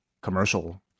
commercial